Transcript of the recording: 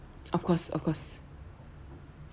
of course of course